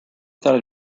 thought